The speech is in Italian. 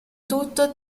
tutto